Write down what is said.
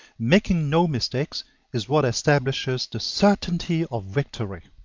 making no mistakes is what establishes the certainty of victory,